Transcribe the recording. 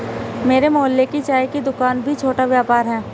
मेरे मोहल्ले की चाय की दूकान भी छोटा व्यापार है